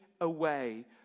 away